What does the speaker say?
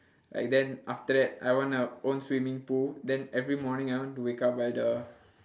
like then after that I wanna own swimming pool then every morning I want to wake up by the